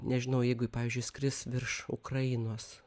nežinau jeigu pavyzdžiui skris virš ukrainos